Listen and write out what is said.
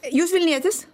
jūs vilnietis